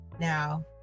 now